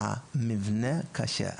המבנה מקשה.